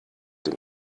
dem